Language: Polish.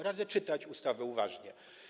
Radzę czytać ustawę uważnie.